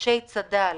ובאנשי צד"ל